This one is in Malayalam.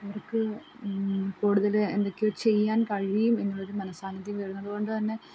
ഇവർക്ക് കൂടുതൽ എന്തൊക്കെയോ ചെയ്യാൻ കഴിയും എന്നുള്ളൊരു മനസ്സാന്നിദ്ധ്യം വരുന്നത് കൊണ്ട് തന്നെ